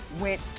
went